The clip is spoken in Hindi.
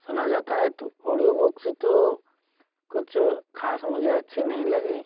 सुना जाता है तो ओडियो बुक्स तो कुछ खास मुझे अच्छी नहीं लगीं